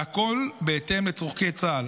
והכול בהתאם לצורכי צה"ל.